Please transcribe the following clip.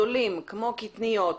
זולים, כמו קטניות,